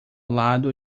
lado